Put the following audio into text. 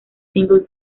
single